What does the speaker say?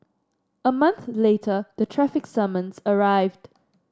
a month later the traffic summons arrived